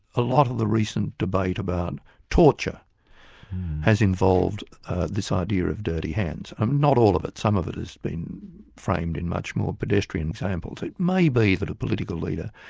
a lot of the recent debate about torture has involved this idea of dirty hands. um not all of it, some of it has been framed in much more pedestrian examples. it may be that a political leader,